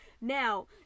Now